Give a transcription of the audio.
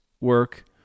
work